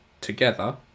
together